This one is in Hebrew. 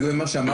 לגבי מה שאמרת,